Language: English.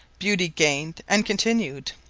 beauty gain'd and continued.